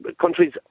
countries